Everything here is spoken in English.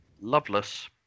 Loveless